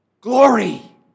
glory